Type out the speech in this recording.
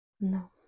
no